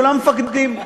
כולם מפקדים.